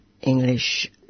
English